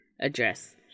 address